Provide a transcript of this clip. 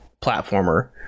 platformer